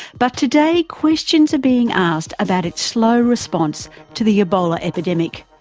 but today questions are being asked about its slow response to the ebola epidemic.